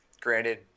Granted